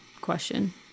question